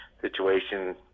situation